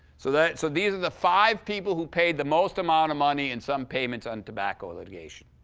so that so these are the five people who paid the most amount of money in some payments on tobacco litigation.